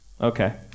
Okay